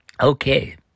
Okay